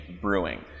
brewing